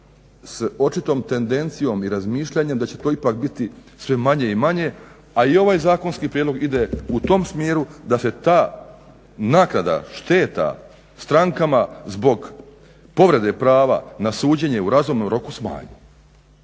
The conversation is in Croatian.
s očitom tendencijom i razmišljanjem da će to ipak biti sve manje i manje, a i ovaj zakonski prijedlog ide u tom smjeru da se ta naknada šteta strankama zbog povrede prava na suđenje u razumnom roku smanji.